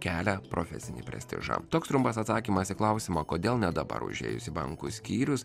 kelia profesinį prestižą toks trumpas atsakymas į klausimą kodėl net dabar užėjus į bankų skyrius